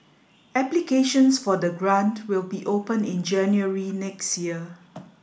applications for the grant will be open in January next year